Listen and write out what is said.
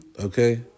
Okay